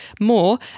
more